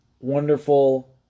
wonderful